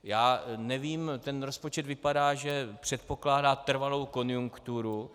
Já nevím, ten rozpočet vypadá, že předpokládá trvalou konjunkturu.